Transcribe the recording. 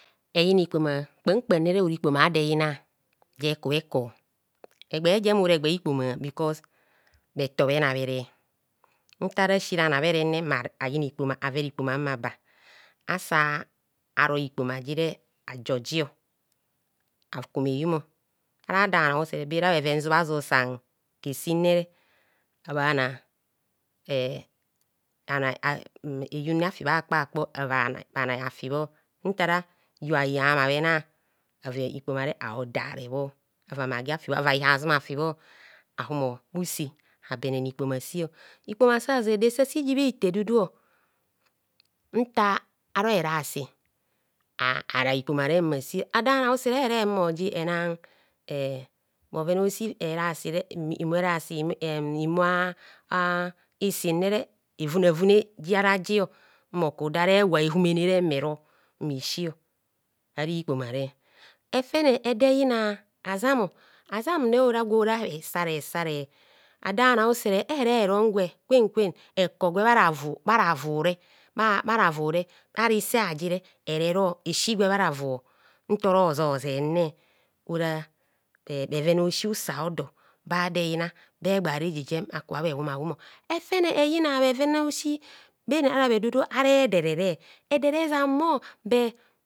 Eyina ikpoma kpam kpam ne ora ikpoma ado eyina je kubho ekor egba jem ora egba ikpom a bkos bheto bhena bhere nta rasi ranabhere mma vera ikpoma mma aba asa aro ikpoma jire ajo akum iyum ara do bhana usere bera san bhe zubha zu hesinere (starmering) abhana eyumne afi bha kpa kpo ava bhanai afibho ntara yubhai hama bhena ava ikpomare a'odare bho ava magi afi bho ava bhihazum afibho ahumo bhusi abinene ikpoma asio. Ikpoma sede sasi ji bha hekpa eto edu du nta aro evasi ara ikpoma re mmasio ado bhano usere eheremo ji ena (starmering) imu isine evuna vuneji mmoku do ara ewa ehumene mme ro mmesio ara ikpoma re. Efene ede yina azamo azamne ora gwo ra hesare ador bhanor usere ere ron gwe kwen kwen ekor gwe bharavu bharavure bharavure ara ise ajire ere ro esigwe bha rafu ntora ojo zere ora bheven a'osi usa o dor bador eyina ba egba reje jem aka bhe wum a wum efene eyina bheven a'osi ben ara bhedudu ara ederere edeve ezamo.